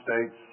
States